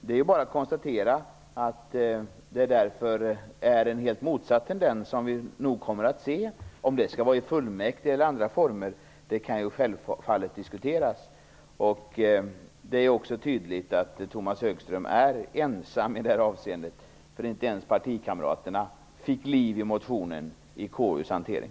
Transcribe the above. Det är bara att konstatera att tendensen är helt motsatt, som vi nog kommer att få se. Om det skall handla om fullmäktige eller andra former kan diskuteras. Det är också tydligt att Tomas Högström är ensam i det här avseendet. Inte ens partikamraterna fick liv i motionen under KU:s hantering.